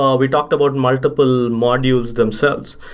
ah we talked about multiple modules themselves.